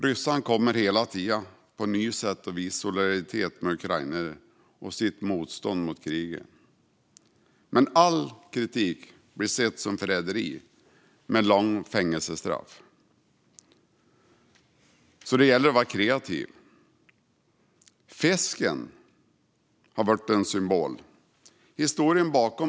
Ryssarna kommer hela tiden på nya sätt att visa sin solidaritet med ukrainare och sitt motstånd mot kriget. Men all kritik av kriget blir sedd som förräderi med långa fängelsestraff som följd, så det gäller att vara kreativ. Fisken har blivit en symbol.